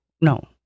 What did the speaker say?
no